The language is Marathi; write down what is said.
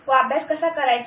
व अभ्यास कसा करायचा